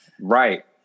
Right